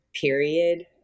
period